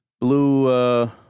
blue